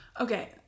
Okay